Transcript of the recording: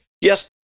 yes